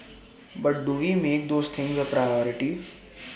but do we make those things A priority